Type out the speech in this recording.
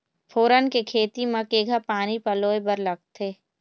फोरन के खेती म केघा पानी पलोए बर लागथे?